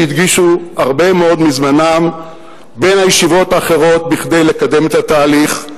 שהקדישו הרבה מאוד מזמנם בין הישיבות האחרות כדי לקדם את התהליך,